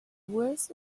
worse